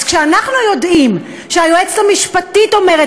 אז כשאנחנו יודעים שהיועצת המשפטית אומרת